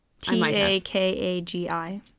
T-A-K-A-G-I